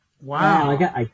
Wow